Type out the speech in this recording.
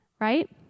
right